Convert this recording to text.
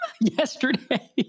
Yesterday